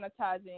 monetizing